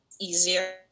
easier